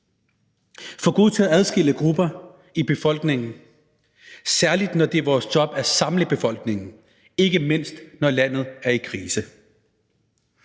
for gode til at adskille grupper i befolkningen, særlig når det er vores job at samle befolkningen, ikke mindst når landet er i krise?